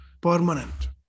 permanent